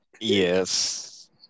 Yes